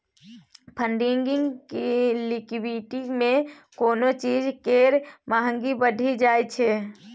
funding liquidity मे कोनो चीज केर महंगी बढ़ि जाइ छै